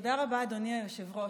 תודה רבה, אדוני היושב-ראש.